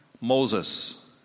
Moses